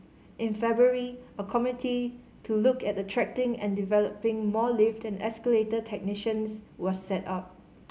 in February a committee to look at attracting and developing more lift and escalator technicians was set up